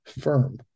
firm